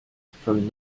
from